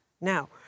Now